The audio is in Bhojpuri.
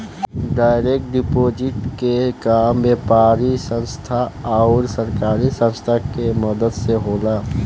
डायरेक्ट डिपॉजिट के काम व्यापारिक संस्था आउर सरकारी संस्था के मदद से होला